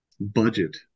budget